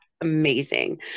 amazing